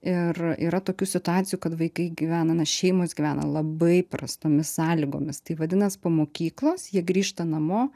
ir yra tokių situacijų kad vaikai gyvena na šeimos gyvena labai prastomis sąlygomis tai vadinas po mokyklos jie grįžta namo